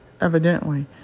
evidently